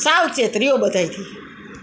સાવચેત રહો બધાયથી